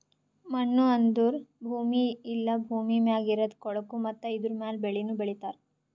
ಮಣ್ಣು ಅಂದುರ್ ಭೂಮಿ ಇಲ್ಲಾ ಭೂಮಿ ಮ್ಯಾಗ್ ಇರದ್ ಕೊಳಕು ಮತ್ತ ಇದುರ ಮ್ಯಾಲ್ ಬೆಳಿನು ಬೆಳಿತಾರ್